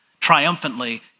triumphantly